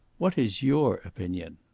what is your opinion?